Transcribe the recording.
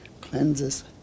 cleanses